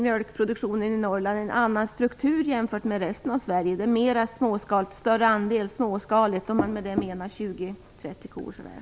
Mjölkproduktionen i Norrland har en annan struktur än den i resten av Sverige. Det finns en större andel småskalig produktion, om man med det menar